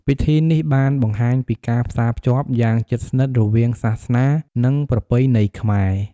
ពិធីនេះបានបង្ហាញពីការផ្សារភ្ជាប់យ៉ាងជិតស្និទ្ធរវាងសាសនា និងប្រពៃណីខ្មែរ។